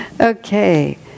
Okay